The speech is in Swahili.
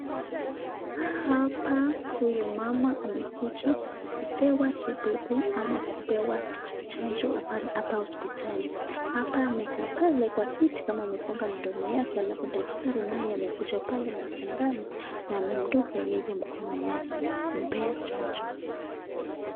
Hapa huyo mama amekuja kupewa matibabu ama kupewa chanjo hapa hospitali. Hapa amekaa pale kwa kiti kama amefunga mdomo yake halafu daktari naye amekuja pale na sindano na amemdunga yeye mkono wake kumpea chanjo.